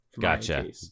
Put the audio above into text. Gotcha